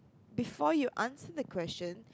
before you answer the question